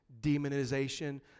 demonization